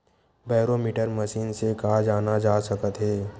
Barometer machine से का जाना जा सकत हे?